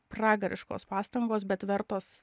pragariškos pastangos bet vertos